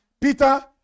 Peter